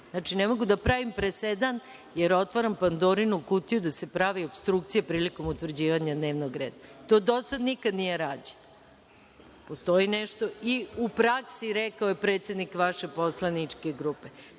Znači, ne mogu da pravim presedan, jer otvaram Pandorinu kutiju gde se pravi opstrukcija prilikom utvrđivanja dnevnog reda. To do sad nikad nije rađeno. Postoji nešto i u praksi, rekao je predsednik vaše poslaničke